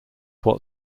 what